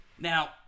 Now